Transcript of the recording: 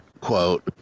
quote